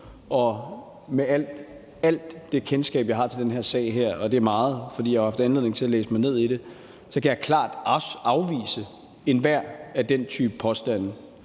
Med alt det kendskab, jeg har til den sag her, og det er meget, for jeg har jo haft anledning til at læse mig ned i det, kan jeg klart afvise enhver af den type påstande.